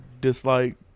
dislike